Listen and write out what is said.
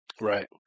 Right